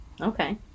Okay